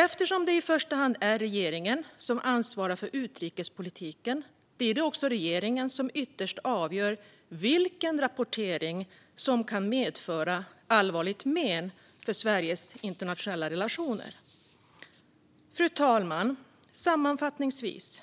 Eftersom det i första hand är regeringen som ansvarar för utrikespolitiken blir det också regeringen som ytterst avgör vilken rapportering som kan medföra allvarligt men för Sveriges internationella relationer. Fru talman! Sammanfattningsvis